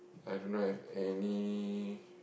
I don't know have any